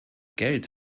geld